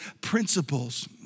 principles